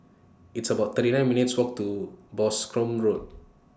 It's about thirty nine minutes' Walk to Boscombe Road